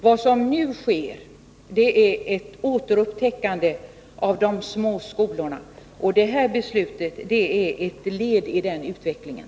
Vad som nu sker är ett återupptäckande av de små skolorna, och det här beslutet är ett led i den utvecklingen.